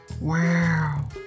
Wow